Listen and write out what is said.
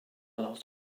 lot